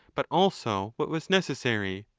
but also what was necessary.